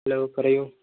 hello പറയൂ